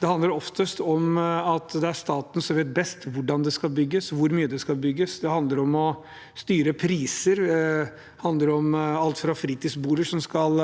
Det handler om at det er staten som vet best hvordan det skal bygges, og hvor mye det skal bygges, det handler om å styre priser, det handler om at fritidsboliger skal